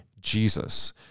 Jesus